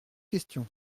questions